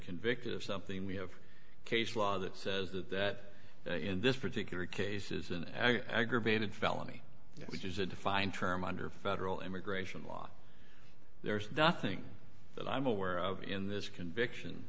convicted of something we have case law that says that that in this particular case is an aggravated felony which is a defined term under federal immigration law there's nothing that i'm aware of in this conviction